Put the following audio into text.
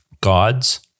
God's